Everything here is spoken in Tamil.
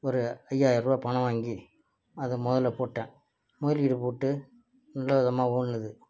ஒரு ஐயாயிரம் ரூபாய் பணம் வாங்கி அதை மொதல் போட்டேன் முதலீடு போட்டு நல்ல விதமாக ஓடுனுது